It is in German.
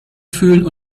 fühlen